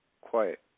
quiet